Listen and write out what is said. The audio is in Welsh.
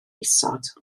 isod